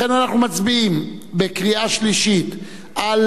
לכן אנחנו מצביעים בקריאה שלישית על